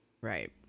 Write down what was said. Right